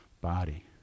body